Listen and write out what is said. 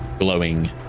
Glowing